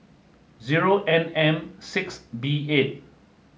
zero N M six B eight